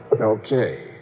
Okay